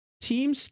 Team